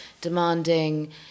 demanding